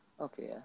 Okay